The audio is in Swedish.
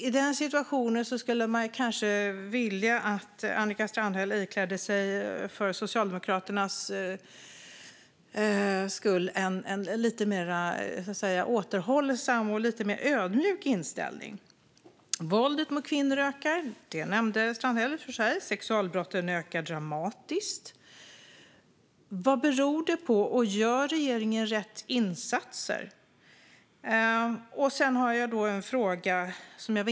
I den situationen skulle man önska att Annika Strandhäll för Socialdemokraternas räkning iklädde sig en lite mer återhållsam och ödmjuk inställning. Våldet mot kvinnor ökar, och det nämnde Strandhäll i och för sig. Sexualbrotten ökar dramatiskt. Vad beror detta på, och gör regeringen rätt insatser?